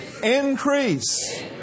increase